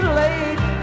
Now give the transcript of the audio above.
late